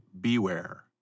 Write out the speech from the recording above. beware